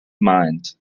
minds